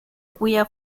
cuya